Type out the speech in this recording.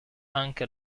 anche